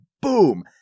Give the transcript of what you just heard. boom